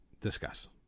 Discuss